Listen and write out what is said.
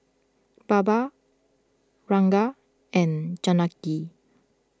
Baba Ranga and Janaki